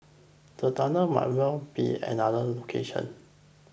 the tunnels might well be at another location